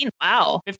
Wow